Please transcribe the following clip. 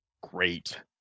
great